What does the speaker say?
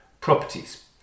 properties